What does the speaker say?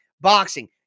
boxing